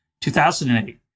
2008